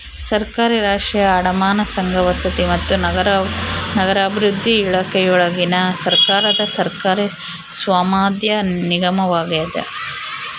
ಸರ್ಕಾರಿ ರಾಷ್ಟ್ರೀಯ ಅಡಮಾನ ಸಂಘ ವಸತಿ ಮತ್ತು ನಗರಾಭಿವೃದ್ಧಿ ಇಲಾಖೆಯೊಳಗಿನ ಸರ್ಕಾರದ ಸರ್ಕಾರಿ ಸ್ವಾಮ್ಯದ ನಿಗಮವಾಗ್ಯದ